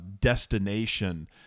destination